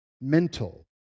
mental